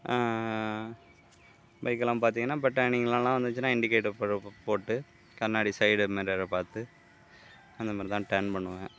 பைக்கெல்லாம் பார்த்திங்கனா இப்போ டர்னிங்கிலலாம் வந்துச்சுனா இண்டிகேட்டர் போட்டு கண்ணாடி சைடு மிரரை பார்த்து அந்தமாதிரி தான் டர்ன் பண்ணுவேன்